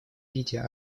виде